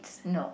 no